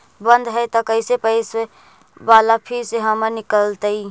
बन्द हैं त कैसे पैसा बाला फिर से हमर निकलतय?